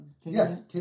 Yes